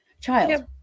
Child